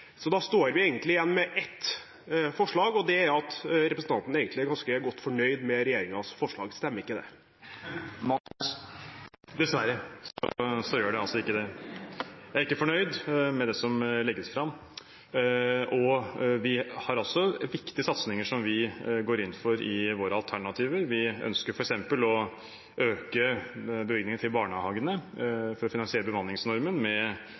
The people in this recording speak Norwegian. så da står vi igjen med én forklaring, og det er at representanten Moxnes egentlig er ganske godt fornøyd med regjeringens forslag. Stemmer ikke det? Dessverre gjør det ikke det. Jeg er ikke fornøyd med det som legges fram. Vi har viktige satsinger som vi går inn for i vårt alternativ. Vi ønsker f.eks. å øke bevilgningene til barnehagene for å finansiere bemanningsnormen,